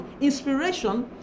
Inspiration